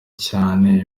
cyane